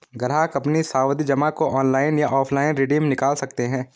ग्राहक अपनी सावधि जमा को ऑनलाइन या ऑफलाइन रिडीम निकाल सकते है